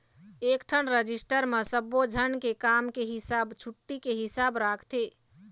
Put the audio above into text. एकठन रजिस्टर म सब्बो झन के काम के हिसाब, छुट्टी के हिसाब राखथे